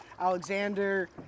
Alexander